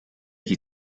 chi